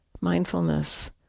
mindfulness